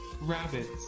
Rabbits